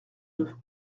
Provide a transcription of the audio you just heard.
deux